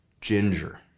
ginger